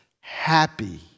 happy